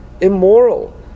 immoral